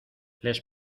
les